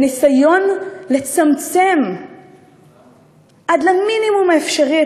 בניסיון לצמצם עד למינימום האפשרי את